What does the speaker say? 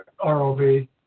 ROV